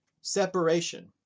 separation